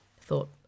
thought